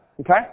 Okay